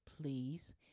Please